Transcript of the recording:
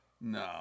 No